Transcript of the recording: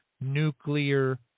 nuclear